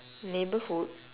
neighbourhood